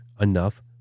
enough